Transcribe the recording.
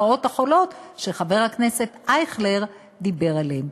היא תביא בדיוק לכל הרעות החולות שחבר הכנסת אייכלר דיבר עליהן.